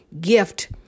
gift